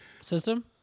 system